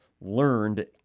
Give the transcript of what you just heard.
learned